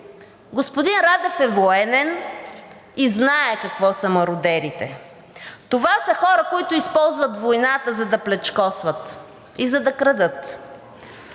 Господин Радев е военен и знае какво са мародерите – това са хора, които използват войната, за да плячкосват и за да крадат.